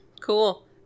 Cool